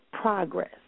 progress